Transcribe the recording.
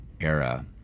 era